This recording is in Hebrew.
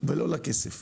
ולא לכסף.